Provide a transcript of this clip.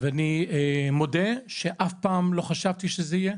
אני מודה שאף פעם לא חשבתי שזה יקרה,